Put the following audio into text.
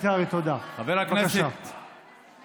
חבר הכנסת קרעי, חברת הכנסת פרידמן.